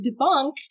debunk